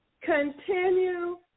continue